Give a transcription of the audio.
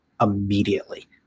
immediately